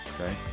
Okay